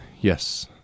Yes